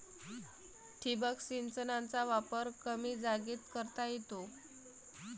ठिबक सिंचनाचा वापर कमी जागेत करता येतो